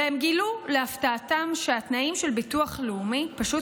והם גילו להפתעתם שהתנאים של ביטוח לאומי פשוט